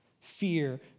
fear